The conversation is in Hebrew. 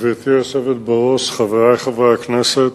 גברתי היושבת בראש, חברי חברי הכנסת,